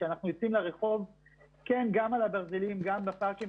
כשאנחנו יוצאים לרחוב ורואים אותם על הברזלים ובפארקים,